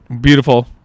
Beautiful